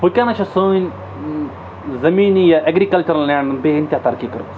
وٕکٮ۪نَس چھِ سٲنۍ زٔمیٖن یا ایٚگرِکَلچَرَل لینٛڈَن بیٚیہِ ہَن تہِ ترقی کٔرمٕژ